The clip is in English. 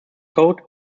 code